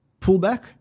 pullback